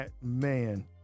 Man